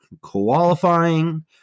qualifying